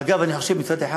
אגב, אני חושב, מצד אחד